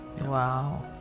Wow